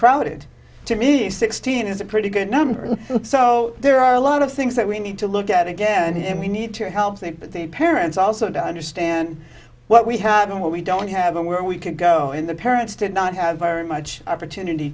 crowded to me sixteen is a pretty good number so there are a lot of things that we need to look at again and we need to help think that the parents also to understand what we have and what we don't have and where we can go in the parents did not have very much opportunity